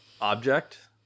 object